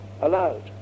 allowed